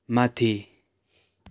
माथि